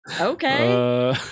Okay